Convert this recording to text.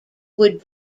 would